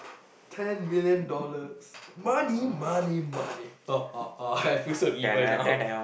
ten million dollars money money money I feel so evil now